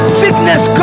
sickness